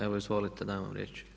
Evo izvolite, dajem vam riječ.